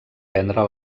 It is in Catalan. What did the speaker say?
prendre